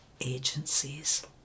agencies